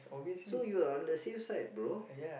so you're on the safe side bro